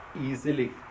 easily